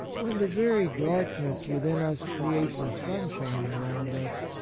when the very darkness within us creates a sunshine around us,